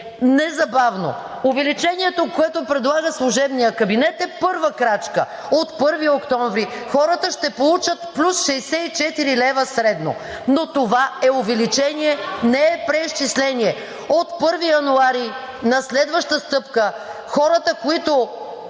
незабавно. Увеличението, което предлага служебният кабинет, е първа крачка. От 1 октомври хората ще получат плюс 64 лв. средно, но това е увеличение, а не е преизчисление. От 1 януари на следваща стъпка хората, които